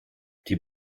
die